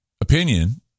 opinion